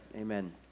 amen